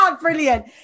Brilliant